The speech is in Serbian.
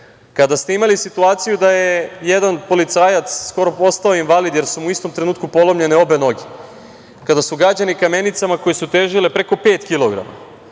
kada ste imali situaciju da je jedan policajac skoro postao invalid jer su mu u istom trenutku polomljene obe noge, kada su gađani kamenicama koje su težile preko pet kilograma.